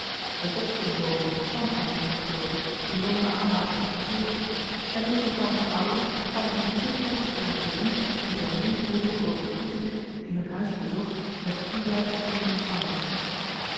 eene opvoeding boven zijn stand had hem geloof ik die lompe aanmatiging gegeven en onverstandige ouders hadden hem te vroeg er aan gewend om zijn jong oordeel over een iegelijk die hun huis bezocht met toejuiching te zien ontvangen